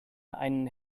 einen